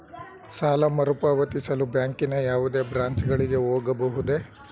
ಸಾಲ ಮರುಪಾವತಿಸಲು ಬ್ಯಾಂಕಿನ ಯಾವುದೇ ಬ್ರಾಂಚ್ ಗಳಿಗೆ ಹೋಗಬಹುದೇ?